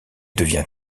devient